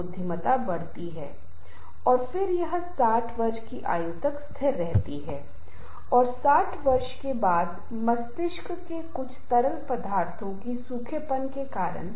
जब 2 लोगों के बीच टकराव हो रहा हो या 2 समूह परस्पर विरोधी संघर्ष कर रहे हों तो कभी कभी एक समूह के भीतर जैसा कि मैंने उल्लेख किया है कि लोगों में संघर्ष हो सकता है जो कि अंतर्विरोधी संघर्ष है और दो समूहों का गठन होने पर अंतर समूह बन जाता है